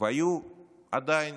והיו עדיין